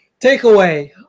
Takeaway